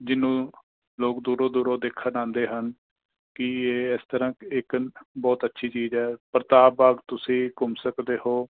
ਜਿਹਨੂੰ ਲੋਕ ਦੂਰੋਂ ਦੂਰੋਂ ਲੋਕ ਦੇਖਣ ਆਉਂਦੇ ਹਨ ਕਿ ਇਹ ਇਸ ਤਰ੍ਹਾਂ ਇੱਕ ਬਹੁਤ ਅੱਛੀ ਚੀਜ਼ ਹੈ ਪ੍ਰਤਾਪ ਬਾਗ਼ ਤੁਸੀਂ ਘੁੰਮ ਸਕਦੇ ਹੋ